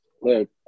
look